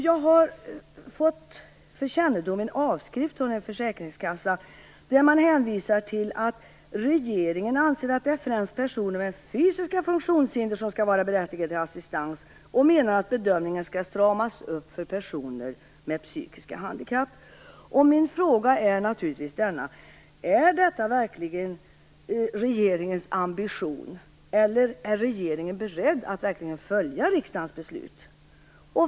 Jag har fått för kännedom en avskrift från en försäkringskassa där man hänvisar till följande: "regeringen anser att det är främst personer med fysiska funktionshinder som ska vara berättigade till assistans och menar att bedömningen ska stramas upp för personer med psykiska handikapp". Min fråga är naturligtvis denna: Är detta verkligen regeringens ambition, eller är regeringen beredd att verkligen följa riksdagens beslut?